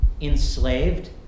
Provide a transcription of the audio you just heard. enslaved